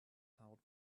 held